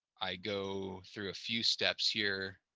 i go through a few steps here